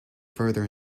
further